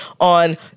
on